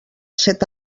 set